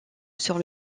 sur